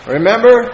Remember